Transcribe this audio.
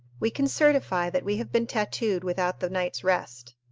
we can certify that we have been tattoed without the night's rest.